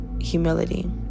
humility